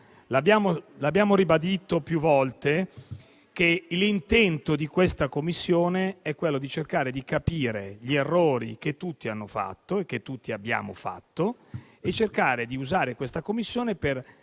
Abbiamo ribadito più volte che l'intento di questa Commissione è cercare di capire gli errori che tutti hanno fatto, che tutti abbiamo fatto; l'intento è cercare di usare questa Commissione per